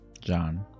John